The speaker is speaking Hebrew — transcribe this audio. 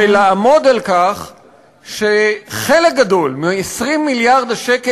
ולעמוד על כך שחלק גדול מ-20 מיליארד השקלים